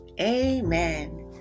Amen